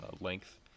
length